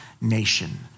nation